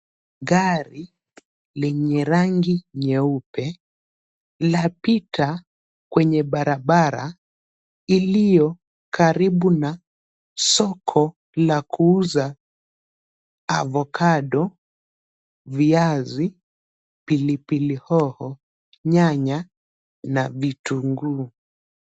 Gari lenye rangi nyeupe lapita kwenye barabara iliyo karibu na soko la kuuza avokado, viazi, pilipili hoho, nyanya na vitunguu.